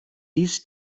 dies